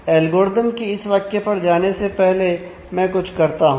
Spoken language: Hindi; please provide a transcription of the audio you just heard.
एल्गोरिदम के इस वाक्य पर जाने से पहले मैं कुछ करता हूं